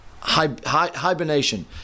hibernation